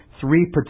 three